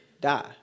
die